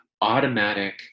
automatic